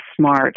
smart